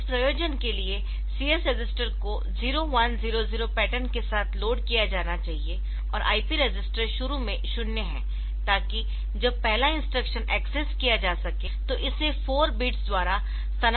इस प्रयोजन के लिए CS रजिस्टर को 0100 पैटर्न के साथ लोड किया जाना चाहिए और IP रजिस्टर शुरू में शून्य है ताकि जब पहला इंस्ट्रक्शन एक्सेस किया जा सके तो इसे 4 बिट्स द्वारा स्थानांतरित किया जाना चाहिए